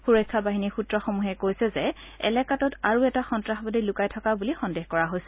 সুৰক্ষা বাহিনীৰ সূত্ৰসমূহে কৈছে যে এলেকাটোত আৰু এটা সন্তাসবাদী লুকাই থকা বুলি সন্দেহ কৰা হৈছে